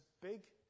big